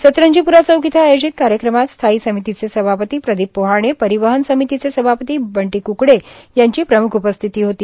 सतरंजीप्रा चौक इथं आयोजित कार्यक्रमात स्थायी समितीचे सभापती प्रदीप पोहाणे परिवहन समितीचे सभापती बंटी क्कडे यांची प्रम्ख उपस्थिती होती